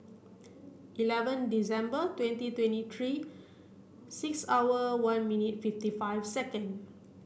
eleven December twenty twenty three six hour one minute fifty five second